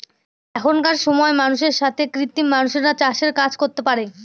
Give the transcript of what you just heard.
এখনকার সময় মানুষের সাথে কৃত্রিম মানুষরা চাষের কাজ করতে পারে